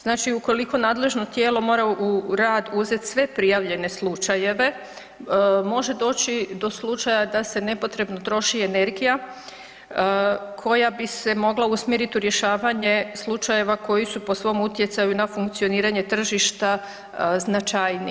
Znači ukoliko nadležno tijelo mora u rad uzet sve prijavljene slučajeve, može doći do slučaja da se nepotrebno troši energija koja bi se mogla usmjeriti u rješavanje slučajeva koji su po svom utjecaju na funkcioniranje tržišta značajniji.